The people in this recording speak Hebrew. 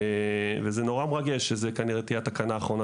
זה מרגש שזו כנראה תהיה התקנה האחרונה